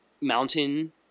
Mountain